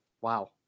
wow